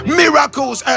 miracles